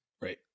Right